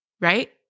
right